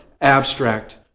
abstract